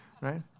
right